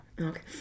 Okay